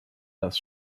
das